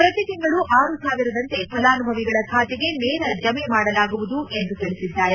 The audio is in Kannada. ಪ್ರತಿ ತಿಂಗಳು ಆರು ಸಾವಿರದಂತೆ ಫಲಾನುಭವಿಗಳ ಖಾತೆಗೆ ನೇರ ಜಮೆ ಮಾಡಲಾಗುವುದು ಎಂದು ತಿಳಿಸಿದ್ದಾರೆ